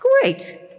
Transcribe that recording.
Great